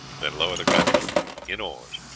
then lower the grapnel in oars.